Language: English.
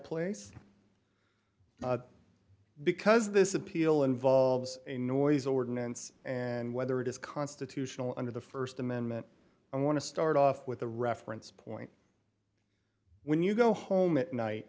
place because this appeal involves a noise ordinance and whether it is constitutional under the st amendment i want to start off with a reference point when you go home at night